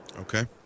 Okay